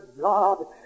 God